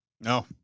no